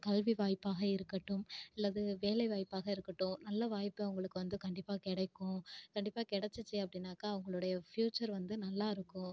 கல்வி வாய்ப்பாக இருக்கட்டும் அல்லது வேலை வாய்ப்பாக இருக்கட்டும் நல்ல வாய்ப்பு அவங்களுக்கு வந்து கண்டிப்பா கிடைக்கும் கண்டிப்பா கிடச்சிச்சி அப்படினாக்கா அவங்களுடைய ஃபியூச்சர் வந்து நல்லாயிருக்கும்